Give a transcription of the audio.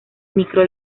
micro